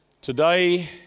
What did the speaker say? Today